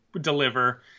deliver